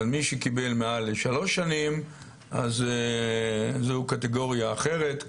מי שקיבל מעל לשלוש שנים אז זו קטגוריה אחרת,